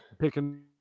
picking